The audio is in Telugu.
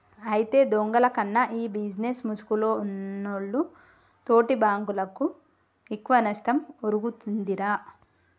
అయితే దొంగల కన్నా ఈ బిజినేస్ ముసుగులో ఉన్నోల్లు తోటి బాంకులకు ఎక్కువ నష్టం ఒరుగుతుందిరా